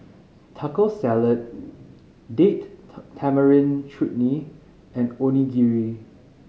Taco Salad Date Tamarind Chutney and Onigiri